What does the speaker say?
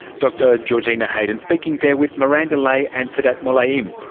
dr georgina heydon, speaking there with miranda lai and sedat mulayim,